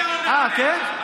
אה, כן?